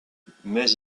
mais